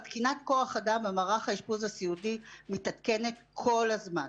תקינת כוח האדם במערך האשפוז הסיעודי מתעדכנת כל הזמן.